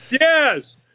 Yes